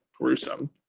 gruesome